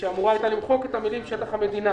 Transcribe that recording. שהייתה אמורה למחוק את המילים: "שטח המדינה".